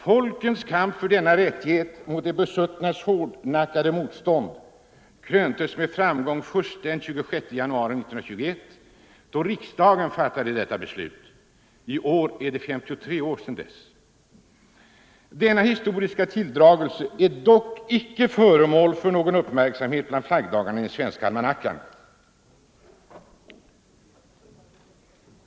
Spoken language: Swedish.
Folkets kamp för denna rättighet mot de besuttnas hårdnackade motstånd kröntes med framgång först den 26 januari 1921, då riksdagen fattade detta beslut. I år är det 53 år sedan dess. Denna historiska tilldragelse är dock icke föremål för någon uppmärksamhet bland flaggdagarna i den svenska almanackan.